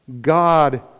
God